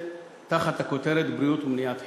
תחת הכותרת "בריאות ומניעה תחילה".